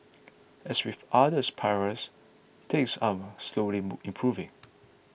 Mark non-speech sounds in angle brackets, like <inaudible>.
as with others pries things are slowly <unintelligible> improving